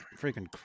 freaking